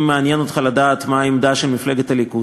אם מעניין אותך לדעת מה העמדה של מפלגת הליכוד,